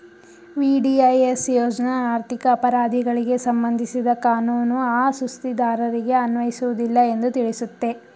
VDIS ಯೋಜ್ನ ಆರ್ಥಿಕ ಅಪರಾಧಿಗಳಿಗೆ ಸಂಬಂಧಿಸಿದ ಕಾನೂನು ಆ ಸುಸ್ತಿದಾರರಿಗೆ ಅನ್ವಯಿಸುವುದಿಲ್ಲ ಎಂದು ತಿಳಿಸುತ್ತೆ